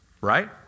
right